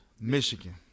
michigan